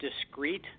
discrete